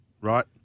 Right